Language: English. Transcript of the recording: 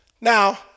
now